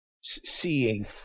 seeing